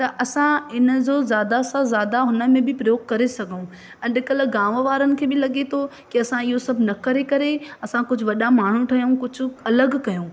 त असां हिन जो ज़्यादा सां ज़्यादा हुननि में बि प्रयोग करे सघूं अॼुकल्ह गांव वारनि खे बि लॻे थो की असां इहो सभु न करे करे असां कुझु वॾा माण्हू ठयूं कुझु अलॻि कयूं